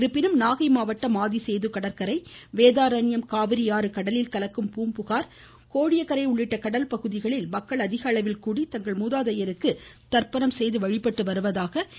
இருப்பினும் நாகை மாவட்டம் ஆதி சேது கடற்கரை வேதாரண்யம் காவிரி ஆறு கடலில் கலக்கும் பூம்புகார் கோடியக்கரை உள்ளிட்ட கடற்கரை பகுதிகளில் மக்கள் அதிக அளவில் கூடி தங்கள் மூதாதையர்களுக்கு தர்ப்பணம் செய்து வழிபட்டு வருவதாக எமது செய்தியாளர் தெரிவிக்கிறார்